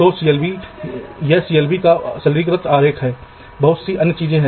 इसलिए शुरू में मेरे लिए कुछ ब्लॉक हैं और कुछ रूटिंग क्षेत्र उपलब्ध हैं